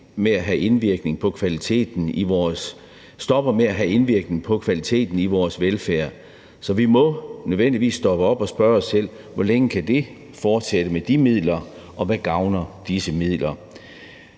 stopper med at have indvirkning på kvaliteten i vores velfærd, så vi må nødvendigvis stoppe op og spørge os selv, hvor længe det kan fortsætte med de midler, og hvad disse midler